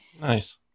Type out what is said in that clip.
Nice